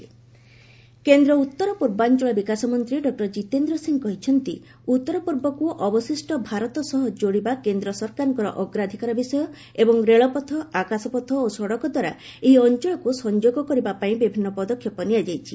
NE festival କେନ୍ଦ୍ର ଉତ୍ତର ପୂର୍ବାଞ୍ଚଳ ବିକାଶ ମନ୍ତ୍ରୀ ଡକ୍ଟର କିତେନ୍ଦ୍ର ସିଂ କହିଛନ୍ତି ଉତ୍ତର ପୂର୍ବକୁ ଅବଶିଷ୍ଟ ଭାରତ ସହ ଯୋଡ଼ିବା କେନ୍ଦ୍ର ସରକାରଙ୍କର ଅଗ୍ରାଧିକାର ବିଷୟ ଏବଂ ରେଳପଥ ଆକାଶପଥ ଓ ସଡ଼କ ଦ୍ୱାରା ଏହି ଅଞ୍ଚଳକୁ ସଂଯୋଗ କରିବା ପାଇଁ ବିଭିନ୍ନ ପଦକ୍ଷେପ ନିଆଯାଇଛି